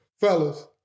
fellas